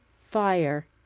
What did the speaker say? fire